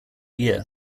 year